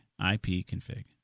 ipconfig